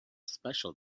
special